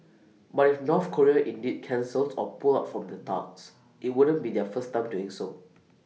but if North Korea indeed cancels or pull out from the talks IT wouldn't be their first time doing so